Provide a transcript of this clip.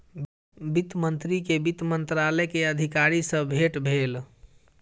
वित्त मंत्री के वित्त मंत्रालय के अधिकारी सॅ भेट भेल